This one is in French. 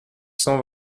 cent